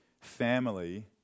family